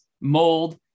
mold